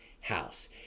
house